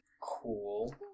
Cool